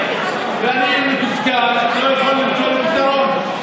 ואני מתוסכל, כי לא יכולנו למצוא פתרון.